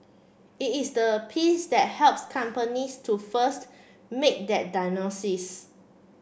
it is the piece that helps companies to first make that diagnosis